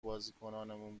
بازیکنامون